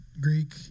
Greek